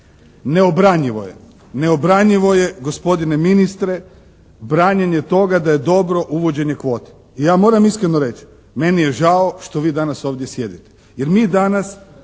Neobranjivo je, neobranjivo je gospodine ministre branjenje toga da je dobro uvođenje kvote. Ja moram iskreno reći. Meni je žao što vi danas ovdje sjedite.